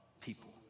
people